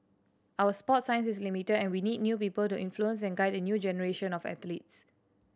our sports science is limited and we need new people to influence and guide a new generation of athletes